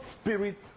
spirit